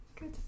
Good